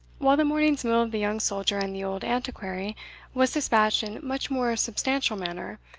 while the morning's meal of the young soldier and the old antiquary was despatched in much more substantial manner,